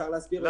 לי